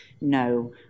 no